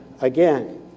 again